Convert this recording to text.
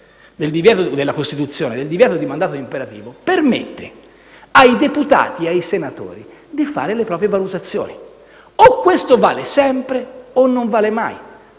dell'articolo 67 della Costituzione e del divieto di mandato imperativo, permette ai deputati e ai senatori di fare le proprie valutazioni. O questo vale sempre, o non vale mai.